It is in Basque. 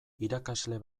irakasle